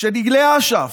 כשדגלי אש"ף,